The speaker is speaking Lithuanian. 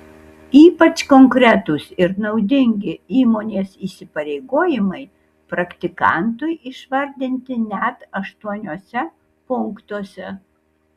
ypač konkretūs ir naudingi įmonės įsipareigojimai praktikantui išvardinti net aštuoniuose punktuose